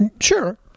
Sure